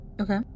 okay